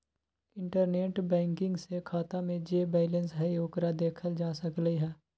internet banking से खाता में जे बैलेंस हई ओकरा देखल जा सकलई ह